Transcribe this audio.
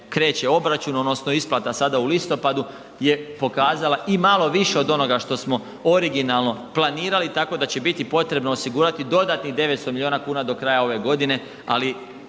kreće obračun, odnosno isplata sada u listopadu je pokazala i malo više od onoga što smo originalno planirali, tako da će biti potrebo osigurati dodatnih 900 milijuna kuna do kraja ove godine, ali